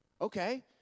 Okay